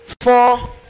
four